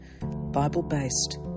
bible-based